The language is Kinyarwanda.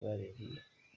barinjiye